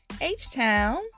H-Town